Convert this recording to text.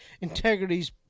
integrity's